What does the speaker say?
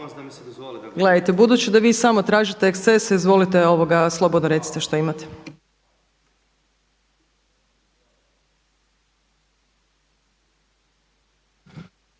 Gledajte budući da vi samo tražite ekscese izvolite slobodno recite što imate.